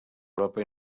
europa